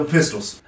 Pistols